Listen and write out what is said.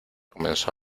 comenzó